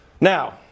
Now